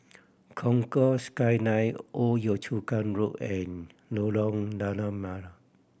Concourse Skyline Old Yio Chu Kang Road and Lorong Lada Merah